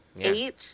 eight